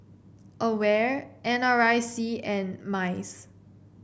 Aware N R I C and MICE